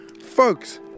folks